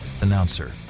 announcer